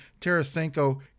Tarasenko